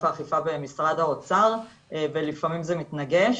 האכיפה במשרד האוצר ולפעמים זה מתנגש.